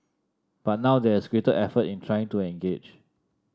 but now there is greater effort in trying to engage